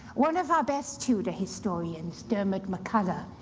one of our best tudor historians, diarmaid macculloch,